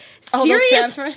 serious